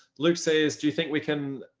luke says do you think we can